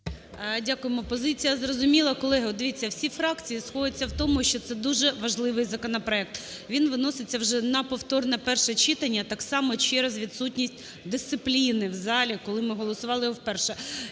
Дякуємо. Позиція зрозуміла. Колеги, от, дивіться, всі фракції сходяться в тому, що це дуже важливий законопроект. Він виноситься вже на повторне перше читання так само через відсутність дисципліни в залі, коли ми голосували його вперше.